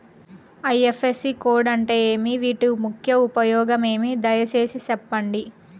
IFSC code అంటే ఏమి? వీటి ముఖ్య ఉపయోగం ఏమి? దయసేసి సెప్పండి?